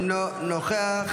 אינו נוכח,